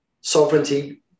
sovereignty